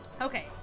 Okay